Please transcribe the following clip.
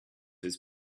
his